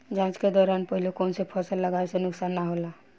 जाँच के दौरान पहिले कौन से फसल लगावे से नुकसान न होला?